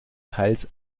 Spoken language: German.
teils